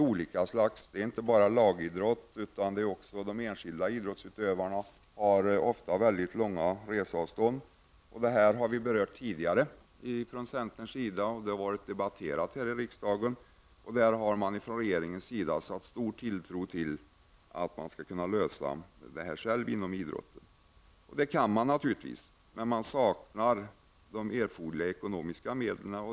Det gäller inte bara lagidrotterna, utan även enskilda idrottsutövare har ofta mycket långa reseavstånd. Dessa synpunkter har vi tidigare framfört från centern, och frågan har debatterats i riksdagen. Regeringen har satt stor tilltro att man inom idrottsrörelsen själv skall kunna lösa denna fråga. Det kan man naturligtvis, men man saknar de erforderliga ekonomiska medlen.